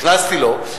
הכנסתי לו,